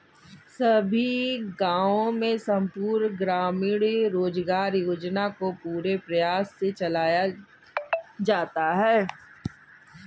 सभी गांवों में संपूर्ण ग्रामीण रोजगार योजना को पूरे प्रयास से चलाया जाता है